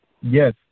Yes